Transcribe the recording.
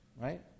right